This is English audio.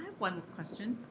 one question.